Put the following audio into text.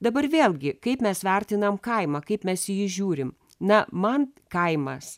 dabar vėlgi kaip mes vertinam kaimą kaip mes į jį žiūrim na man kaimas